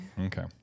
Okay